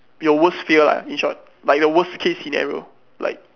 your worst fear lah in short by the worst case scenario like